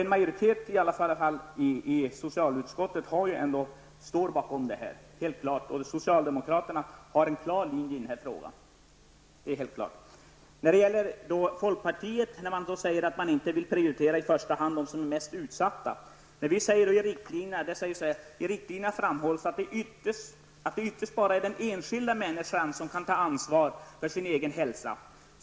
En majoritet i socialutskottet står ändå bakom de här. Socialdemokraterna har en klar linje i den här frågan. Folkpartiet säger att man inte vill prioritera i första hand de som är mest utsatta. I riktlinjerna framhålls att det är ytterst bara den enskilda människan som kan ta ansvar för sin egen hälsa.